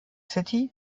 city